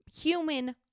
human